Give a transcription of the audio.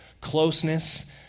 closeness